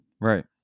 right